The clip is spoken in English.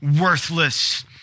worthless